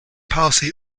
policy